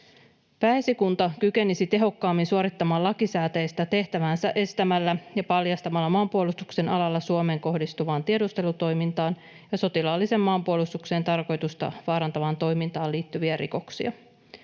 Pääesikunta kykenisi tehokkaammin suorittamaan lakisääteistä tehtäväänsä estämällä ja paljastamalla maanpuolustuksen alalla Suomeen kohdistuvaan tiedustelutoimintaan ja sotilaallisen maanpuolustuksen tarkoitusta vaarantavaan toimintaan liittyviä rikoksia.